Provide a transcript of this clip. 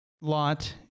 Lot